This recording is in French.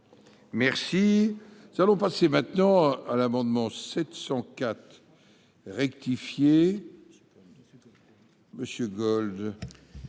Merci nous allons passer maintenant à l'amendement 704 rectifié. Monsieur Gold.